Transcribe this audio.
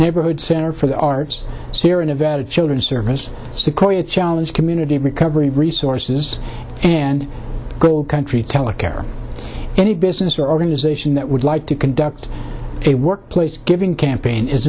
neighborhood center for the arts here in nevada children service sequoia challenge community recovery resources and country telecare any business or organization that would like to conduct a workplace giving campaign is